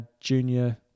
junior